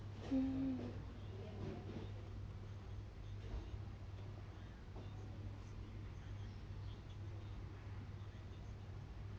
mm